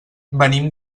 venim